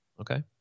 Okay